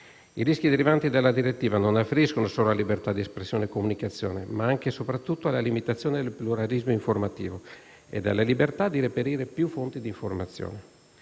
I rischi derivanti dalla direttiva non afferiscono solo alla libertà di espressione e comunicazione, ma anche soprattutto alla limitazione del pluralismo informativo e della libertà di reperire più fonti di informazione.